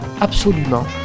absolument